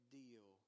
deal